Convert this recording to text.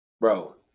Bro